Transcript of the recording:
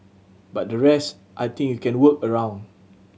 but the rest I think you can work around